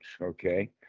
Okay